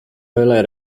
byle